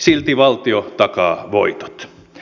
silti valtio takaa voitot